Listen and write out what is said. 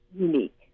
unique